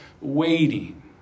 waiting